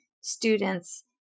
students